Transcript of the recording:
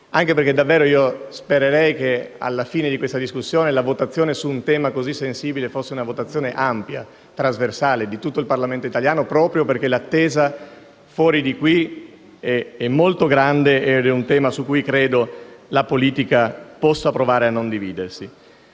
anche perché mi auguro davvero che alla fine di questa discussione la votazione su un tema così sensibile sia ampia, trasversale, di tutto il Parlamento italiano, proprio perché l'attesa fuori da qui è molto grande. È un tema su cui credo la politica possa provare a non dividersi.